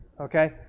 Okay